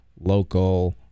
local